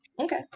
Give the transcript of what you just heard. Okay